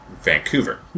Vancouver